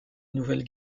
nouvelle